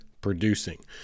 producing